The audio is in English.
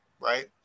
Right